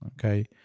okay